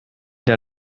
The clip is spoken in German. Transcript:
der